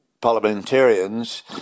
parliamentarians